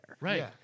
Right